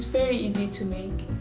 very easy to make.